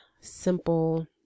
simple